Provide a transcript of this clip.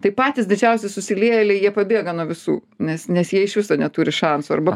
tai patys didžiausi susiliejėliai jie pabėga nuo visų nes nes jie iš viso neturi šansų arba